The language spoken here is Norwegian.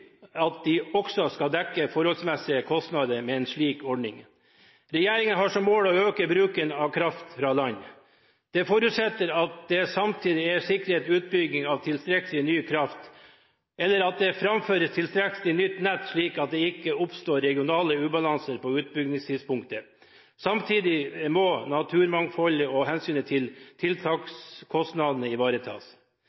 at de også skal dekke sine forholdsmessige kostnader med en slik ordning. Regjeringen har som mål å øke bruken av kraft fra land. Det forutsetter at det samtidig er sikret utbygging av tilstrekkelig ny kraft, eller at det framføres tilstrekkelig nytt nett slik at det ikke oppstår regionale ubalanser på utbyggingstidspunktet. Samtidig må naturmangfoldet og hensynet til